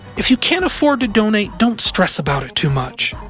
if you can't afford to donate, don't stress about it too much.